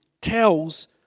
tells